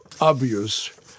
obvious